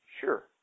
Sure